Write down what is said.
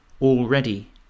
already